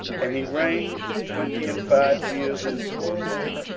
and he reigned twenty and five years in jerusalem.